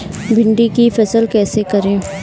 भिंडी की फसल कैसे करें?